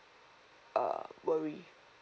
uh worry